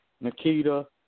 Nikita